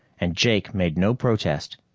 and jake made no protest,